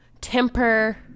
temper